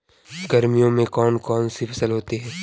गर्मियों में कौन कौन सी फसल होती है?